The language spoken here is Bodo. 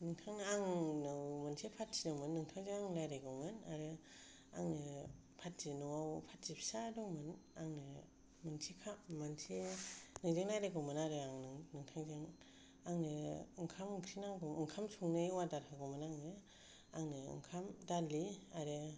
नोंथां आंनाव मोनसे पार्टी दंमोन नोंथांजों आं रायज्लायगौमोन आरो आङो पार्टी नि न'आव पार्टी फिसा दंमोन आंनो मोनसे खामानि मोनसे नोंजों रायज्लागौमोन आरो आं नोंथांजों आंनो ओंखाम ओंख्रि नांगौ ओंखाम संनाय अर्डार होगौमोन आङो आंनो ओंखाम दालि आरो